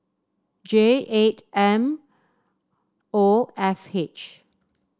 J eight M O F H